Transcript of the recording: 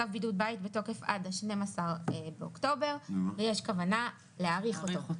צו בידוד בית בתוקף עד ה-12.10 ויש כוונה להאריך אותו.